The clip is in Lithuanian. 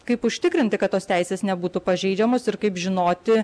kaip užtikrinti kad tos teisės nebūtų pažeidžiamos ir kaip žinoti